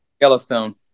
Yellowstone